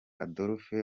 adolphe